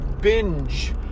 binge